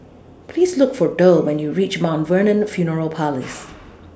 Please Look For Derl when YOU REACH Mt Vernon Funeral Parlours